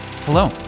Hello